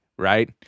right